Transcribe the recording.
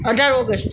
અઢાર ઓગસ્ટ